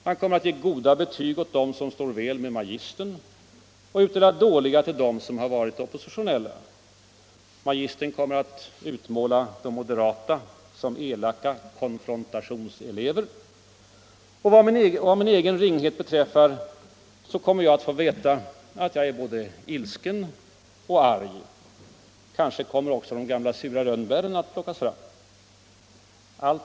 Han kommer att ge goda betyg åt dem som står väl med magistern och utdela dåliga till dem som varit oppositionella. Magistern kommer att utmåla de moderata som elaka konfrontationselever. Och vad min egen ringhet beträffar, kommer jag att få veta att jag är både arg och ilsken. Kanske kommer också de gamla sura rönnbären att plockas fram.